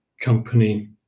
company